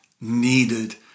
needed